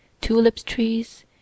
tulip-trees